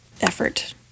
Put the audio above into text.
effort